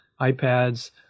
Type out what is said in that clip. iPads